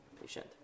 patient